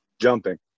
Jumping